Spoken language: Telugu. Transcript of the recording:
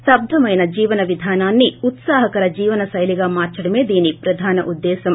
స్తబ్దమైన జీవన విధానాన్ని ఉత్సాహకర జీవన శైలిగా మార్చడమే దీని ప్రధాన ఉద్దేశం